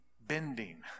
bending